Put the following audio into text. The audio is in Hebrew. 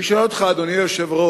אני שואל אותך, אדוני היושב-ראש: